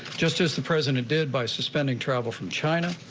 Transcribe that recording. just as the president did by suspending travel from china,